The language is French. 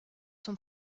sont